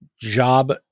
job